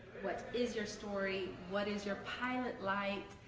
what is your story, what is your pilot light?